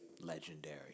Legendary